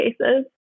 cases